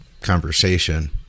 conversation